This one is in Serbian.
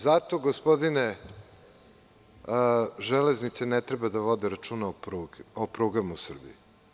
Zato, gospodine, „Železnice“ ne treba da vode računa o prugama u Srbiji.